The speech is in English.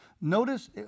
Notice